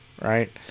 right